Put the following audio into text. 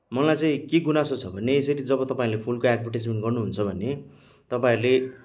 मलाई चाहिँ के गुनासो छ भने यसरी जब तपाईँहरूले फुलको एड्भर्टिजमेन्ट गर्नुहुन्छ भने तपाईँहरूले